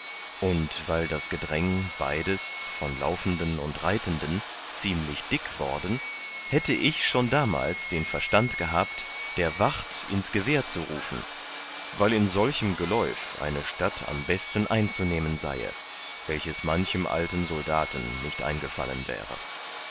und weil das gedräng beides von laufenden und reitenden ziemlich dick worden hätte ich schon damals den verstand gehabt der wacht ins gewehr zu rufen weil in solchem geläuf eine stadt am besten einzunehmen seie welches manchem alten soldaten nicht eingefallen wäre